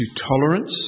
tolerance